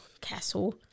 castle